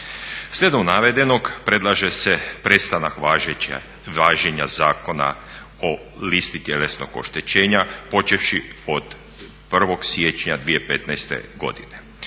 Slijedom navedenog predlaže se prestanak važenja Zakona o listi tjelesnog oštećenja počevši od 1. siječnja 2015. godine,